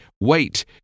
wait